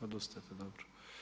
Odustajete, dobro.